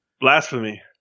Blasphemy